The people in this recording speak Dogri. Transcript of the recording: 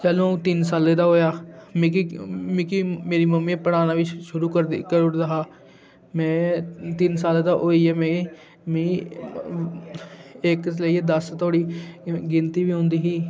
जैहलूं अ'ऊं तिन्न सालें दा होआ मिगी मिगी मेरी मम्मी नै पढ़ानां बी शुरू करी ओड़े करी ओड़े दा हा में तिन्न साले दा होइया मिगी मिगी इक तां लेइयै दस धोड़ी गिनती बी औंदी ही